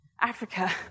Africa